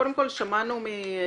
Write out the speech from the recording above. קודם כול, שמענו